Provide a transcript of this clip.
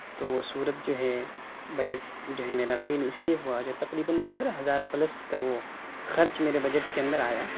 تو وہ صورت جو ہے بجٹ جو ہے میرا فیل اِس لیے ہُوا جو تقریباً پندرہ ہزار پلس کا وہ خرچ میرے بجٹ کے اندر آیا